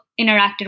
interacted